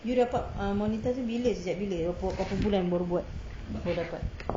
you dapat um monitor bila sejak bila berapa bulan baru buat baru dapat